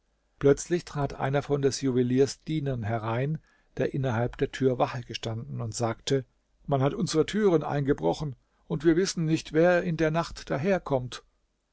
plötzlich trat einer von des juweliers dienern herein der innerhalb der tür wache gestanden und sagte man hat unsere türen eingebrochen und wir wissen nicht wer in der nacht daherkommt